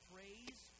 Praise